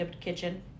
kitchen